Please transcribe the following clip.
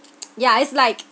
ya it's like